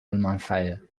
المنفعه